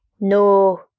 no